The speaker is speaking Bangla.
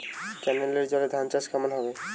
কেনেলের জলে ধানচাষ কেমন হবে?